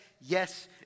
yes